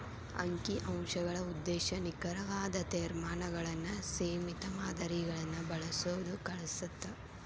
ಅಂಕಿ ಅಂಶಗಳ ಉದ್ದೇಶ ನಿಖರವಾದ ತೇರ್ಮಾನಗಳನ್ನ ಸೇಮಿತ ಮಾದರಿಗಳನ್ನ ಬಳಸೋದ್ ಕಲಿಸತ್ತ